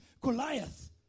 Goliath